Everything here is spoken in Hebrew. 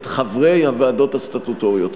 את חברי הוועדות הסטטוטוריות,